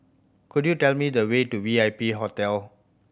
could you tell me the way to V I P Hotel